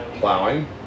plowing